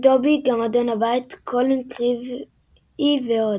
דובי גמדון הבית, קולין קריווי ועוד.